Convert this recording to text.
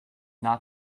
not